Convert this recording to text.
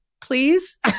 please